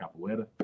Capoeira